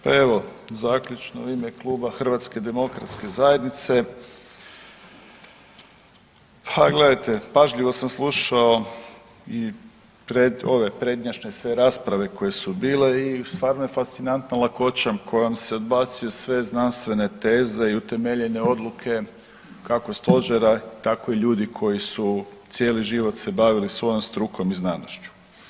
Pa evo zaključno u ime kluba HDZ-a, pa gledajte pažljivo sam slušao ove prednjače sve rasprave koje su bile i stvarno je s fascinantnom lakoćom kojom se odbacilo sve znanstvene teze i utemeljene odluke kako stožera tako i ljudi koji su cijeli život se bavili svojom strukom i znanošću.